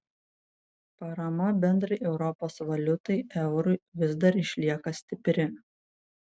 parama bendrai europos valiutai eurui vis dar išlieka stipri